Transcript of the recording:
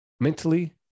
mentally